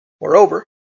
Moreover